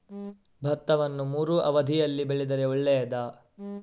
ಭತ್ತವನ್ನು ಮೂರೂ ಅವಧಿಯಲ್ಲಿ ಬೆಳೆದರೆ ಒಳ್ಳೆಯದಾ?